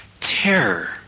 Terror